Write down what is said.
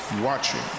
watching